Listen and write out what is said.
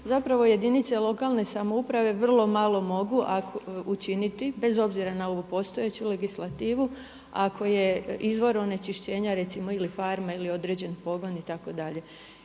zapravo jedinice lokalne samouprave vrlo malo mogu učiniti bez obzira na ovu postojeću legislativu ako je izvor onečišćenja recimo ili farma ili određeni pogon itd..